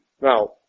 Now